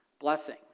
blessing